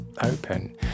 open